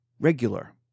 regular